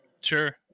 Sure